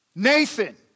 Nathan